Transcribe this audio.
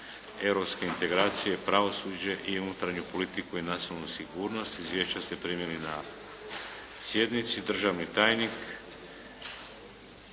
europske integracije, pravosuđe i unutarnju politiku i nacionalnu sigurnost. Izvješća ste primili na sjednici. Državni tajnik